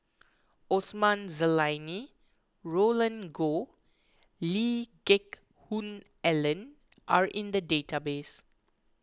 Osman Zailani Roland Goh Lee Geck Hoon Ellen are in the database